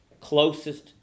closest